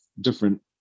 different